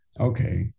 Okay